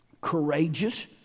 courageous